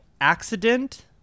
accident